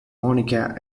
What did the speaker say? monica